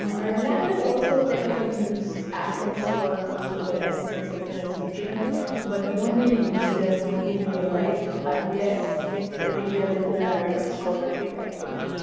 our languages also technically use accents for syllable emphasis and pronunciation but we don't really use them in real life unless you're maybe a literary or scholarly writer.